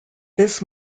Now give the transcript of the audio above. this